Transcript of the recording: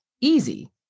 easy